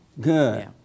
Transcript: Good